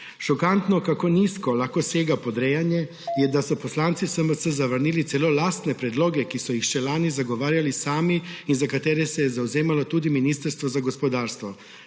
Šokantno, kako nizko lahko sega podrejanje, je, da so poslanci SMC zavrnili celo lastne predloge, ki so jih še lani zagovarjali sami in za katere se je zavzemalo tudi ministrstvo za gospodarstvo.